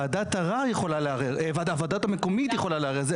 הוועדה המקומית יכולה לערער.